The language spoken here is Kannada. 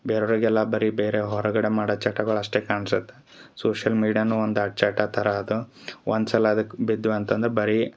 ಬೇರೆಯವ್ರಿಗೆ ಎಲ್ಲ ಬರಿ ಬೇರೆ ಹೊರಗಡೆ ಮಾಡ ಚಟಗಳು ಅಷ್ಟೆ ಕಾಣ್ಸತ್ತ ಸೋಶಿಯಲ್ ಮೀಡಿಯಾನು ಒಂದು ಚಟ ಥರ ಅದು ಒಂದು ಸಲ ಅದಕ್ಕೆ ಬಿದ್ವಿ ಅಂತಂದ್ರೆ ಬರೀ